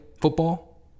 football